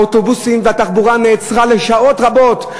האוטובוסים והתחבורה נעצרו לשעות רבות,